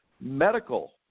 Medical –